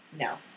No